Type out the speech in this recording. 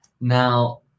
Now